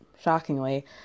Shockingly